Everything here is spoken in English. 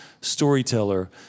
storyteller